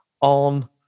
on